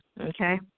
okay